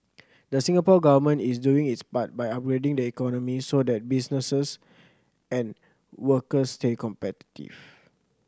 the Singapore Government is doing its part by upgrading the economy so that businesses and workers stay competitive